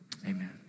Amen